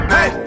Hey